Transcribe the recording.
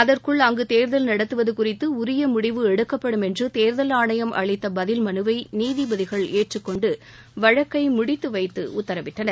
அதற்குள் அங்கு தேர்தல் நடத்துவது குறித்து உரிய முடிவு எடுக்கப்படும் என்று தேர்தல் ஆணையம் அளித்த பதில்மனுவை நீதிபதிகள் ஏற்றுக் கொண்டு வழக்கை முடித்து வைத்து உத்தரவிட்டனர்